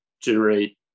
generate